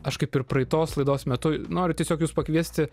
aš kaip ir praeitos laidos metu noriu tiesiog jus pakviesti